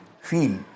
feel